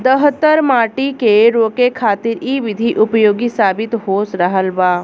दहतर माटी के रोके खातिर इ विधि उपयोगी साबित हो रहल बा